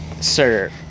sir